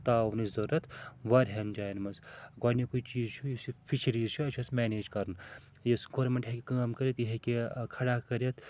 تعاونٕچ ضروٗرت واریاہَن جایَن منٛز گۄڈنیکُے چیٖز چھُ یُس یہِ فِشریٖز چھُ اَسہِ چھُ اَسہِ منیج کَرُن یُس گورمٮ۪نٛٹ ہیٚکہِ کٲم کٔرِتھ یہِ ہیٚکہِ کھڑا کٔرِتھ